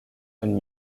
and